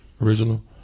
Original